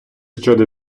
щодо